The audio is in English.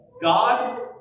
God